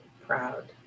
proud